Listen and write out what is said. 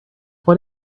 what